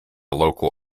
local